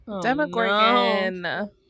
Demogorgon